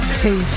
two